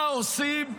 מה עושים?